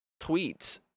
tweets